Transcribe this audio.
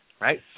Right